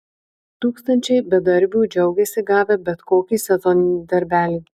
tūkstančiai bedarbių džiaugiasi gavę bet kokį sezoninį darbelį